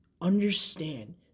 understand